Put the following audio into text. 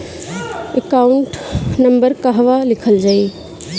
Account number कहवा लिखल जाइ?